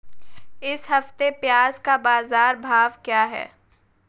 इस हफ्ते प्याज़ का बाज़ार भाव क्या है?